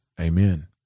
Amen